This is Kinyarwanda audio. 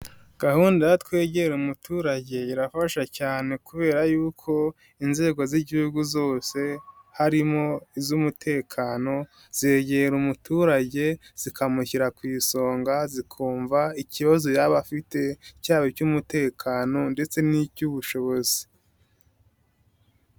Gahunda ya twegere umuturage irafasha cyane kubera y'uko inzego z'Igihugu zose harimo iz'umutekano zegera umuturage zikamushyira ku isonga zikumva ikibazo yaba afite cyaba icy'umutekano ndetse n'icy'ubushobozi.